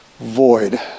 void